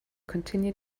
continue